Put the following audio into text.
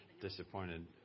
disappointed